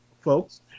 folks